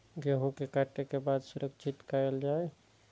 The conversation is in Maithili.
गेहूँ के काटे के बाद सुरक्षित कायल जाय?